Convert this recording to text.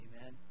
Amen